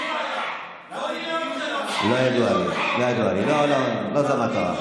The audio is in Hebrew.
לא ידוע לי, לא ידוע לי, לא זאת המטרה.